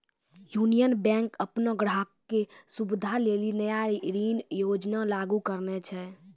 union Bank अपनो ग्राहको के सुविधा लेली नया ऋण योजना लागू करने छै